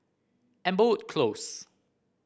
Amberwood Close